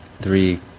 three